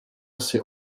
asi